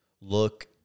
look